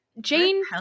Jane